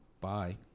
Bye